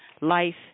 life